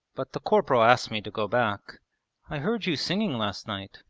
but the corporal asked me to go back i heard you singing last night,